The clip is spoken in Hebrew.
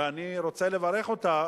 ואני רוצה לברך אותך,